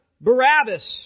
barabbas